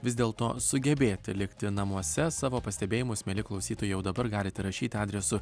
vis dėl to sugebėti likti namuose savo pastebėjimus mieli klausytojai jau dabar galite rašyti adresu